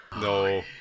No